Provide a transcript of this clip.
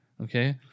okay